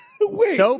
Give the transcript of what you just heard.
wait